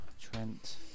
Trent